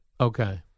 Okay